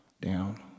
down